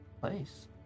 place